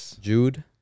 Jude